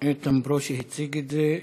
איתן ברושי הציג את זה.